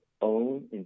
own